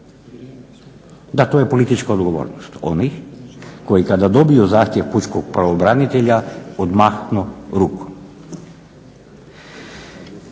Da, to je politička odgovornost onih koji kada dobiju zahtjev pučkog pravobranitelja odmahnu rukom.